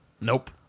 Nope